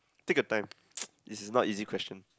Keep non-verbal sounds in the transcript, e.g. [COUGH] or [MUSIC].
take your time [NOISE] this is not easy question